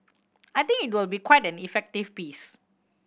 I think it will be quite an effective piece